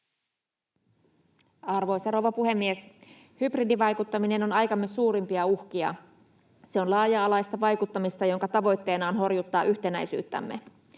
Arvoisa rouva puhemies! Hybridivaikuttaminen on aikamme suurimpia uhkia. Se on laaja-alaista vaikuttamista, jonka tavoitteena on horjuttaa yhtenäisyyttämme.